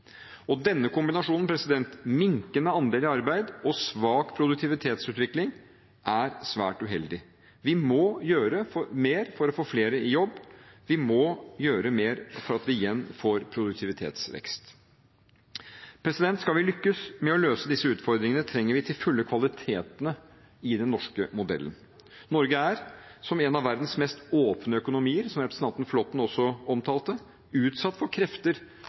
Denne kombinasjonen, minkende andel i arbeid og svak produktivitetsutvikling, er svært uheldig. Vi må gjøre mer for å få flere i jobb. Vi må gjøre mer for at vi igjen får produktivitetsvekst. Skal vi lykkes med å løse disse utfordringene, trenger vi til fulle kvalitetene i den norske modellen. Norge er, som en av verdens mest åpne økonomier, som representanten Flåtten også omtalte, utsatt for krefter